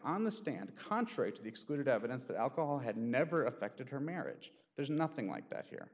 the stand contrary to the excluded evidence that alcohol had never affected her marriage there's nothing like that here